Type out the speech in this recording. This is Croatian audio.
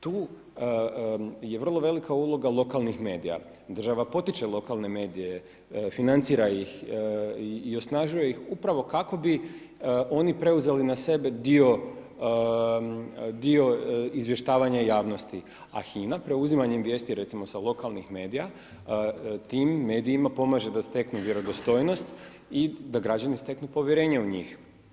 Tu je vrlo velika uloga lokalnih medija, država potiče lokalne medije, financira ih i osnažuje ih upravo kako bi oni preuzeli na sebe dio izvještavanja javnosti, a HINA preuzimanjem vijesti recimo sa lokalnih medija tim medijima pomaže da steknu vjerodostojnost i da građani steknu povjerenje u njih.